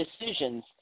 decisions